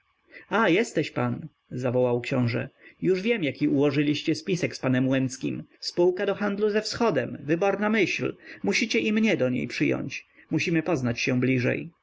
a jesteś pan zawołał książe już wiem jaki ułożyliście spisek z panem łęckim spółka do handlu ze wschodem wyborna myśl musicie i mnie do niej przyjąć musimy poznać się bliżej